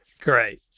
Great